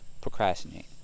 procrastinate